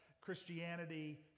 Christianity